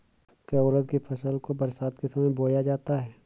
क्या उड़द की फसल को बरसात के समय बोया जाता है?